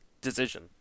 decision